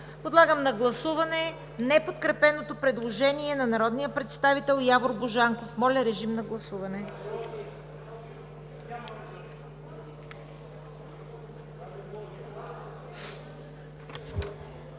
Подлагам на гласуване неподкрепеното предложение на народния представител Явор Божанков. (Шум и реплики.) Гласували